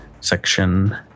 section